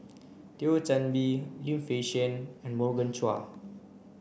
Thio Chan Bee Lim Fei Shen and Morgan Chua